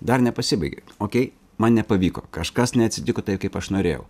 dar nepasibaigė okei man nepavyko kažkas neatsitiko taip kaip aš norėjau